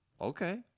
okay